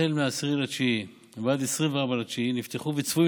החל מ-10 בספטמבר ועד 24 בספטמבר נפתחו וצפויים